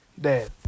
Dad